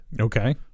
Okay